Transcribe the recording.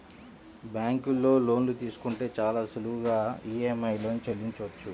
బ్యేంకులో లోన్లు తీసుకుంటే చాలా సులువుగా ఈఎంఐలను చెల్లించొచ్చు